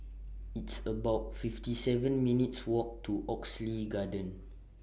It's about fifty seven minutes' Walk to Oxley Garden